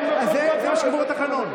זה מה שקבוע בתקנון.